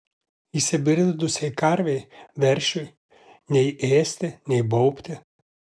įsibridusiai karvei veršiui nei ėsti nei baubti